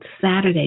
Saturday